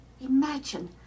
Imagine